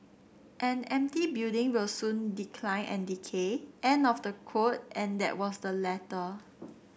an empty building will soon decline and decay end of the quote and that was the letter